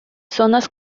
zonas